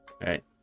Right